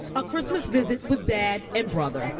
a christmas visit with dad and brother